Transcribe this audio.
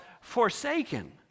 forsaken